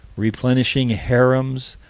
replenishing harems,